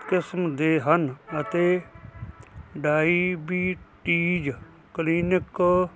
ਕਿਸਮ ਦੇ ਹਨ ਅਤੇ ਡਾਈਬੀਟੀਜ਼ ਕਲੀਨਿਕ